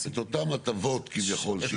את אותן הטבות, כביכול?